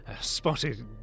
spotted